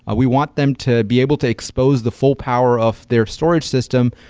ah we want them to be able to expose the full power of their storage system,